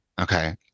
Okay